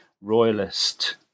royalist